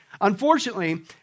Unfortunately